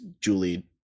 Julie